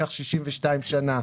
לקח 62 שנה.